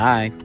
Bye